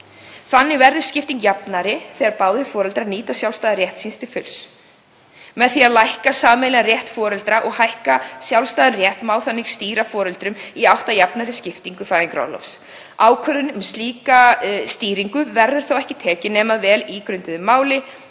Þannig verður skipting jafnari þegar báðir foreldrar nýta sjálfstæðan rétt sinn til fulls. Með því að minnka sameiginlegan rétt foreldra og auka sjálfstæðan rétt má þannig stýra foreldrum í átt að jafnari skiptingu fæðingarorlofs. Ákvörðun um slíka stýringu verður þó ekki tekin nema að vel ígrunduðu máli